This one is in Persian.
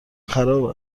خراب